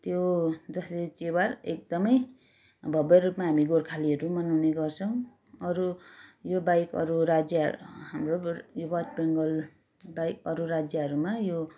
त्यो दसैँ तिहार एकदमै भव्यरूपमा हामी गोर्खालीहरू नि मनाउँने गर्छौँ अरू यो बाहेक अरू राज्य हाम्रो यो वेस्ट बेङ्गोल बाहेक अरू राज्यहरूमा यो